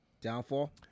Downfall